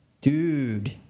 Dude